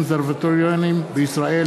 והקונסרבטוריונים בישראל,